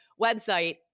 website